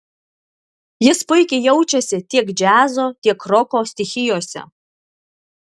jis puikiai jaučiasi tiek džiazo tiek roko stichijose